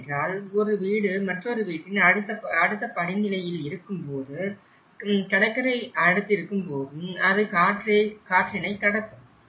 ஏனென்றால் ஒரு வீடு மற்றொரு வீட்டின் அடுத்த படிநிலையில் இருக்கும்போதும் கடற்கரைக்கு அடுத்து இருக்கும்போதும் அது காற்றினை கடத்தும்